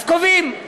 אז קובעים.